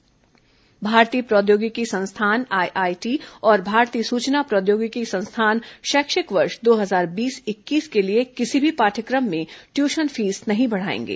IIT tuition fees भारतीय प्रौद्योगिकी संस्थान आईआईटी और भारतीय सूचना प्रौद्योगिकी संस्थान शैक्षिक वर्ष दो हजार बीस इक्कीस के लिए किसी भी पाठ्य क्र म में ट्यूशन फीस नहीं बढ़ाएंगे